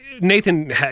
Nathan